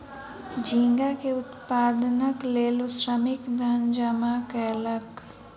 झींगा के उत्पादनक लेल श्रमिक धन जमा कयलक